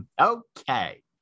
Okay